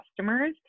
customers